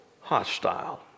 hostile